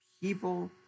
people